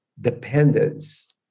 dependence